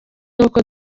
nuko